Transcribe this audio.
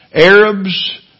Arabs